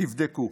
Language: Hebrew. תבדקו.